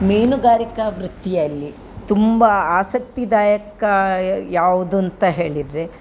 ಮೀನುಗಾರಿಕಾ ವೃತ್ತಿಯಲ್ಲಿ ತುಂಬಾ ಆಸಕ್ತಿದಾಯಕ್ಕ ಯಾವುದಂತ ಹೇಳಿದರೆ